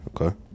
Okay